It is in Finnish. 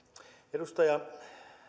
edustaja